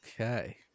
okay